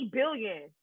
billion